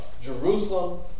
Jerusalem